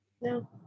No